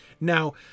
Now